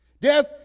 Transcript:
Death